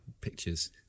pictures